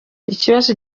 ikibazo